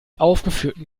aufgeführten